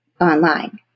online